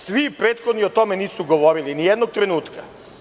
Svi prethodni o tome nisu govorili nijednog trenutka.